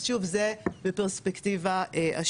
אז שוב זה בפרספקטיבה השוואתית.